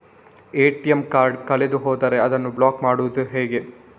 ATM card ಕಳೆದು ಹೋದರೆ ಅದನ್ನು ಬ್ಲಾಕ್ ಮಾಡುವುದು ಹೇಗೆ?